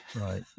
Right